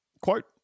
quote